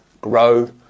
grow